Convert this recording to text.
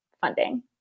funding